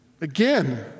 again